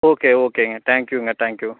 okay ஓகேங்க தேங்க்யூங்க thank you